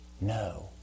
no